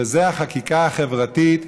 וזה החקיקה החברתית.